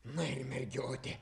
na ir mergiotė